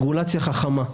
"רגולציה חכמה".